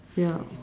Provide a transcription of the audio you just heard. ya